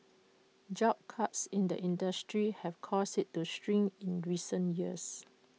job cuts in the industry have caused IT to shrink in recent years